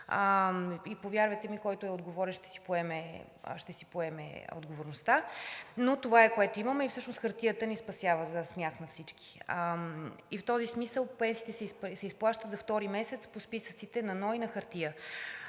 и повярвайте ми, който е отговорен, ще си поеме отговорността, но това е, което имаме, и всъщност хартията ни спасява за смях на всички. В този смисъл пенсиите се изплащат за втори месец по списъците на НОИ на хартия.